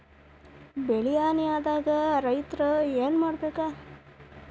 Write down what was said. ಬೆಳಿ ಹಾನಿ ಆದಾಗ ರೈತ್ರ ಏನ್ ಮಾಡ್ಬೇಕ್?